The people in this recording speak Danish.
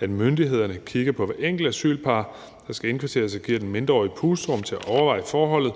at myndighederne kigger på hvert enkelt asylpar, der skal indkvarteres, og giver den mindreårige et pusterum til at overveje forholdet.